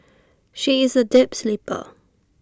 she is A deep sleeper